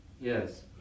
Yes